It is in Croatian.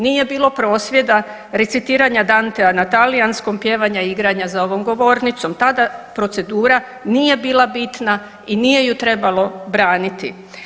Nije bilo prosvjeda, recitiranja Dante na talijanskom, pjevanja i igranja za ovom govornicom, tada procedura nije bila bitna i nije ju trebalo braniti.